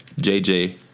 JJ